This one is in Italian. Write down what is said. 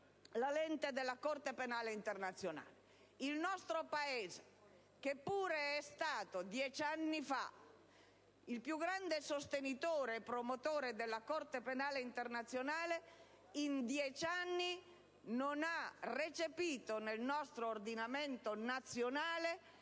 la lente della Corte penale internazionale. Il nostro Paese, che pure è stato dieci anni fa il più grande sostenitore e promotore della Corte penale internazionale, in dieci anni non ha recepito nel nostro ordinamento nazionale